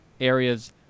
areas